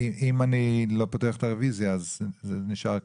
אם אני לא פותח את הרוויזיה, זה נשאר כך.